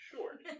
Sure